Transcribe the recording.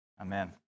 Amen